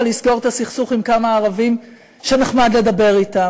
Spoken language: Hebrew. לסגור את הסכסוך עם כמה ערבים שנחמד לדבר אתם,